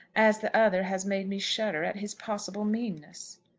as the other has made me shudder at his possible meanness.